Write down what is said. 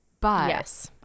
but-